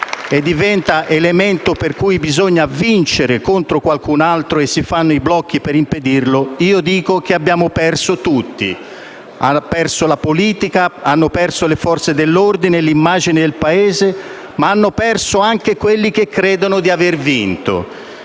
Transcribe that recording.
e diventa elemento per cui bisogna vincere contro qualcun altro e si fanno i blocchi per impedirlo, io dico che abbiamo perso tutti. Ha perso la politica, hanno perso le Forze dell'ordine, ha perso l'immagine del Paese e hanno perso anche quelli che credono di aver vinto,